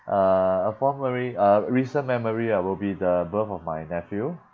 uh a fond memory uh recent memory ah will be the birth of my nephew